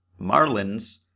Marlins